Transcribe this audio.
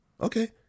Okay